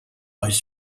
but